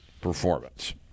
performance